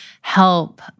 help